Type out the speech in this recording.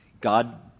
God